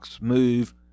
move